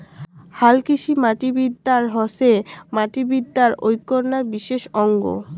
হালকৃষিমাটিবিদ্যা হসে মাটিবিদ্যার এ্যাকনা বিশেষ অঙ্গ